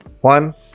One